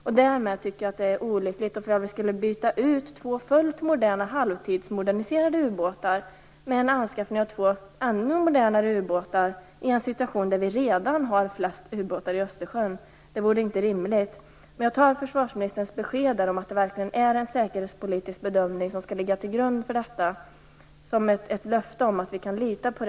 Jag tycker att det vore olyckligt att byta ut två fullt moderna halvtidsmoderniserade ubåtar och anskaffa två ännu modernare ubåtar i en situation där Sverige redan har flest ubåtar i Östersjön. Det vore inte rimligt. Jag tar försvarsministerns besked om att det verkligen är en säkerhetspolitisk bedömning som skall ligga till grund för detta som ett löfte vi kan lita på.